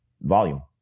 volume